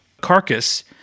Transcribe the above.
carcass